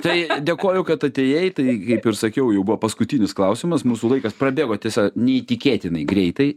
tai dėkoju kad atėjai tai kaip ir sakiau jau buvo paskutinis klausimas mūsų laikas prabėgo tiesa neįtikėtinai greitai